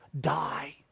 die